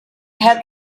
had